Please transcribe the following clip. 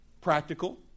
Practical